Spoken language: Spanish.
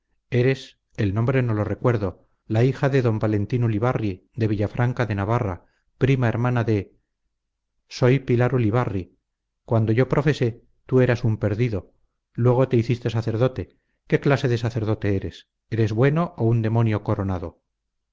eres el nombre no lo recuerdo la hija de d valentín ulibarri de villafranca de navarra prima hermana de soy pilar ulibarri cuando yo profesé tú eras un perdido luego te hiciste sacerdote qué clase de sacerdote eres eres bueno o un demonio coronado